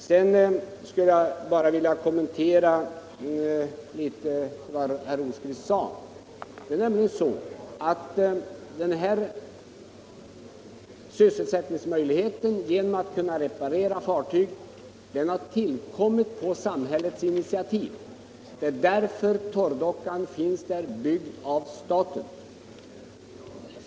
Sedan skulle jag bara vilja kommentera vad herr Rosqvist sade. Det är nämligen så att den här sysselsättningsmöjligheten genom reparation av fartyg har tillkommit på samhällets initiativ. Det är därför torrdockan finns där, byggd av staten.